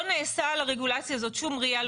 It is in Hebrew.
לא נעשה לרגולציה הזאת שום ראייה.